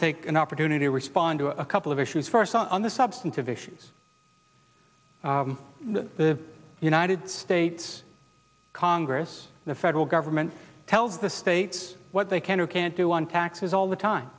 to take an opportunity to respond to a couple of issues first on the substantive issues that the united states congress the federal government tells the states what they can or can't do on taxes all the time